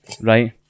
Right